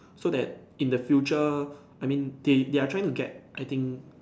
so that in the future I mean they they are trying to get I think